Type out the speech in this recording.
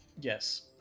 Yes